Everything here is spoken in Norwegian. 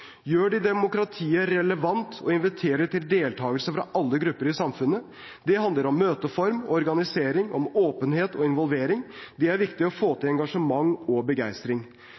Gjør de demokratiet relevant, og inviterer de til deltakelse fra alle grupper i samfunnet? Det handler om møteform og organisering, om åpenhet og involvering. Det er viktig for å få til engasjement og begeistring.